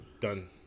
done